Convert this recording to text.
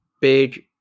big